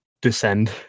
descend